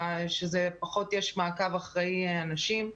שפחות יש מעקב אחרי אנשים.